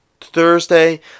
Thursday